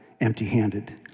empty-handed